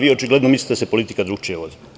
Vi očigledno mislite da se politika drugačije vodi.